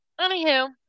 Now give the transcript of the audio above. Anywho